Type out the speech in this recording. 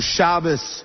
Shabbos